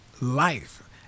life